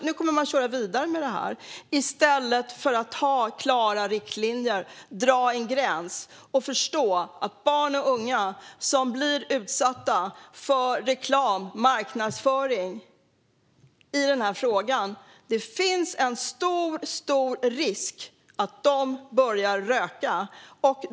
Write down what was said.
Nu kommer man att köra vidare med det här i stället för att ha klara riktlinjer, dra en gräns och förstå att det finns en mycket stor risk att barn och unga som blir utsatta för reklam, marknadsföring, i den här frågan börjar röka och kanske också snusa.